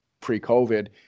pre-COVID